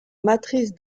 matrice